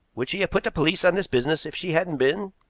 would she have put the police on this business if she hadn't been?